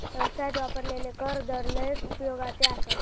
व्यवसायात वापरलेले कर दर लयच उपयोगाचे आसत